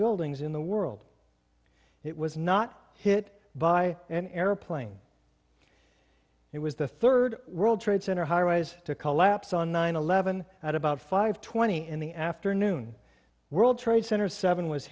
buildings in the world it was not hit by an airplane it was the third world trade center high rise to collapse on nine eleven at about five twenty in the afternoon world trade center seven was